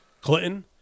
Clinton